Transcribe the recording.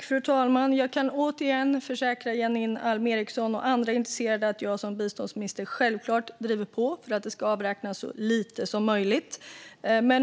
Fru talman! Jag kan återigen försäkra Janine Alm Ericson och andra intresserade att jag som biståndsminister självklart driver på för att det ska avräknas så lite som möjligt.